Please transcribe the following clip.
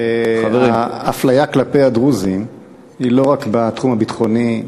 האפליה כלפי הדרוזים היא לא רק בתחום הביטחוני.